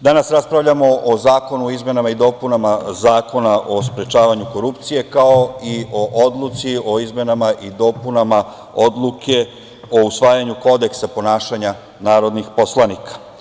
danas raspravljamo o Zakonu o izmenama i dopunama Zakona o sprečavanju korupcije, kao i o Odluci o izmenama i dopunama Odluke o usvajanju Kodeksa ponašanja narodnih poslanika.